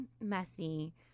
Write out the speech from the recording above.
messy